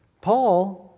Paul